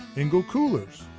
engel coolers,